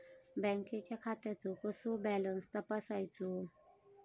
बँकेच्या खात्याचो कसो बॅलन्स तपासायचो?